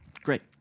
Great